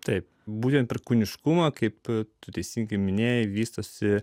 taip būtent per kūniškumą kaip tu teisingai minėjai vystosi